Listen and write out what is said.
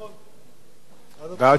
שישה בעד, אין מתנגדים ואין נמנעים.